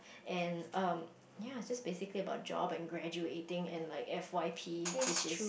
and um ya just basically about job and graduating and like F_Y_P which is